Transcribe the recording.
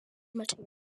material